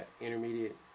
intermediate